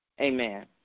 Amen